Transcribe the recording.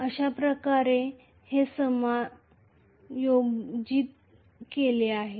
अशाप्रकारे हे समायोजित केले जाते